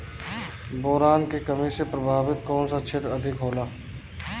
Boron के कमी से प्रभावित कौन सा क्षेत्र अधिक होला?